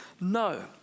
No